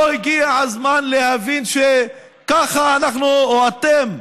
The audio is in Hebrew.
לא הגיע הזמן להבין שככה אנחנו, או אתם,